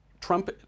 Trump